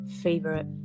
favorite